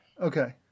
okay